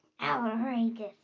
Outrageous